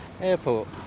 Airport